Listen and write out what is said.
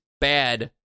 bad